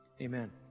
amen